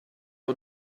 all